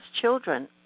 children